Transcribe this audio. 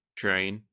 train